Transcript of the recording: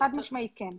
חד משמעית, כן.